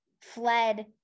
fled